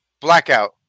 blackout